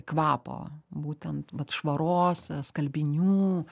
kvapo būtent vat švaros skalbinių